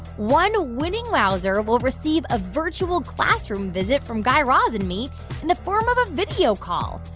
one winning wowzer will receive a virtual classroom visit from guy raz and me in the form of a video call.